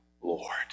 Lord